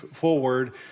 forward